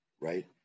right